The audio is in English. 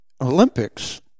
Olympics